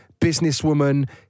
businesswoman